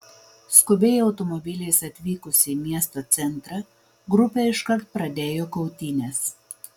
skubiai automobiliais atvykusi į miesto centrą grupė iškart pradėjo kautynes